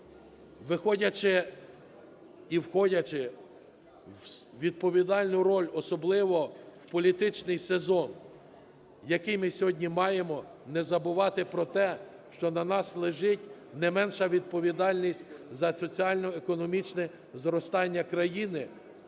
виходячи і входячи у відповідальну роль, особливо, політичний сезон, який ми сьогодні маємо, не забувати про те, що на нас лежить не менша відповідальність за соціально-економічне зростання України.